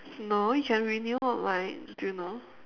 no you can renew online do you know